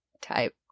type